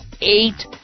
eight